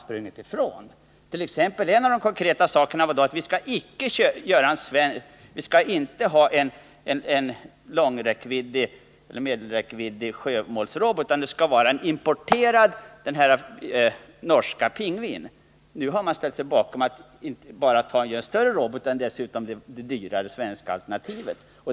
Ett av de konkreta förslagen var då att vi inte skulle ha en medelräckviddig sjömålsrobot. I stället skulle vi importera den norska roboten Pingvin. Nu har socialdemokraterna inte bara ställt sig bakom att vi skall ha en större robot utan dessutom det dyrare svenska alternativet.